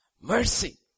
Mercy